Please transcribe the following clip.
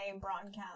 broadcast